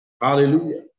Hallelujah